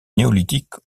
néolithique